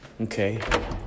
okay